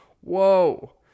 Whoa